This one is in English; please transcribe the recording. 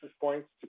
points